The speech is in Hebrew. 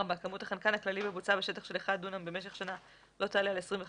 כמות החנקן הכללי בבוצה בשטח של 1 דונם במשך שנה לא תעלה על 25 קילוגרם.